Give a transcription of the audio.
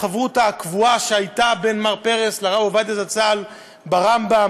החברותא הקבועה שהייתה בין מר פרס לרב עובדיה זצ"ל ברמב"ם.